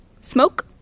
smoke